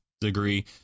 degree